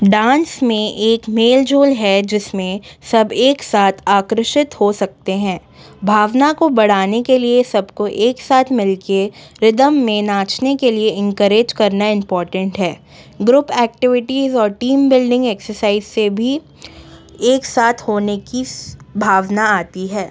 dance में एक मेलजोल है जिसमें सब एक साथ आकर्षित हो सकते हैं भावना को बढ़ाने के लिए सबको एक साथ मिल के रिदम में नाचने के लिए इंकरेज करना इंपोटेंट है ग्रुप एक्टिविटीज़ और टीम बिल्डिंग एक्सरसाइज़ से भी एक साथ होने की भावना आती है